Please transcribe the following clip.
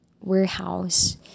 warehouse